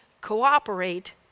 cooperate